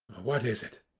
what is it?